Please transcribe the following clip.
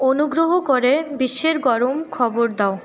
অনুগ্রহ করে বিশ্বের গরম খবর দাও